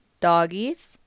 Doggies